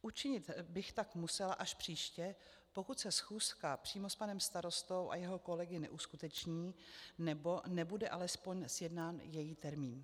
Učinit bych tak musela až příště, pokud se schůzka přímo s panem starostou a jeho kolegy neuskuteční nebo nebude alespoň sjednán její termín.